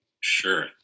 Sure